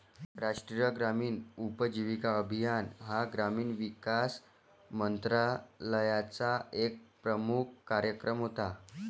राष्ट्रीय ग्रामीण उपजीविका अभियान हा ग्रामीण विकास मंत्रालयाचा एक प्रमुख कार्यक्रम होता